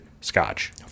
scotch